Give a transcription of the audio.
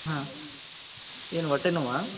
ಹಾಂ ಏನು ಒಟ್ಟೆ ನೋವಾ